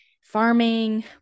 farming